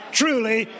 truly